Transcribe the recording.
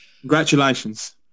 Congratulations